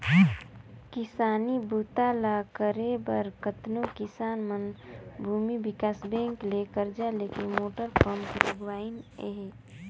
किसानी बूता ल करे बर कतनो किसान मन भूमि विकास बैंक ले करजा लेके मोटर पंप लगवाइन हें